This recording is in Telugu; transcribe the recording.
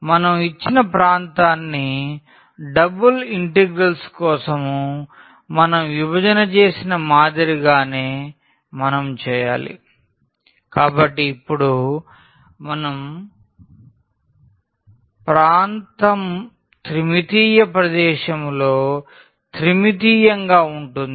మనం ఇచ్చిన ప్రాంతాన్ని డబుల్ ఇంటిగ్రల్స్ కోసం మనం విభజన చేసిన మాదిరిగానే మనం చేయాలి ఇప్పుడు మన ప్రాంతం త్రిమితీయ ప్రదేశంలో త్రిమితీయంగా ఉంటుంది